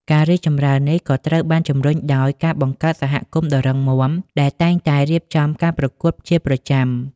ការរីកចម្រើននេះក៏ត្រូវបានជំរុញដោយ ការបង្កើតសហគមន៍ដ៏រឹងមាំ ដែលតែងរៀបចំការប្រកួតជាប្រចាំ។